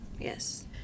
yes